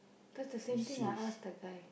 that's the same thing I ask that time